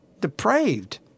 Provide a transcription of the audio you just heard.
Depraved